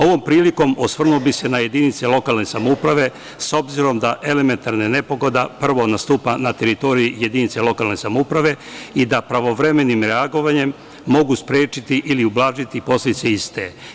Ovom prilikom osvrnuo bih se na jedinice lokalne samouprave, s obzirom da elementarna nepogoda prvo nastupa na teritoriji jedinice lokalne samouprave i da se pravovremenim reagovanjem mogu sprečiti ili ublažiti posledice iste.